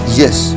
yes